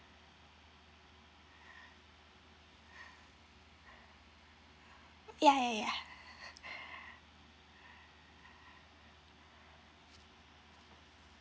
ya ya ya